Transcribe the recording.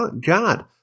God